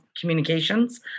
communications